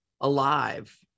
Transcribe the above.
alive